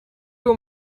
too